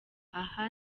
aha